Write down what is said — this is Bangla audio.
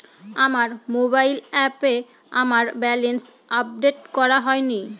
আমার মোবাইল অ্যাপে আমার ব্যালেন্স আপডেট করা হয়নি